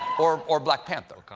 or or black panther.